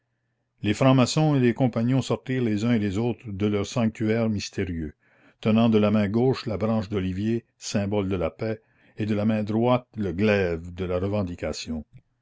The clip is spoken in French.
les francs-maçons et les compagnons sortirent les uns et les autres de leurs sanctuaires mystérieux tenant de la main gauche la branche d'olivier symbole de la paix et de la main droite le glaive de la revendication